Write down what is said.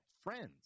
friends